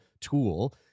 tool